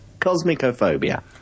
Cosmicophobia